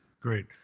Great